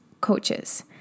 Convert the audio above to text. coaches